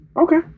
Okay